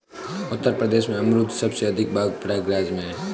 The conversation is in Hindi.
उत्तर प्रदेश में अमरुद के सबसे अधिक बाग प्रयागराज में है